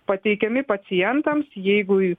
pateikiami pacientams jeigu